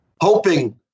hoping